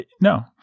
No